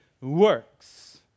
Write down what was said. works